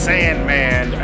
Sandman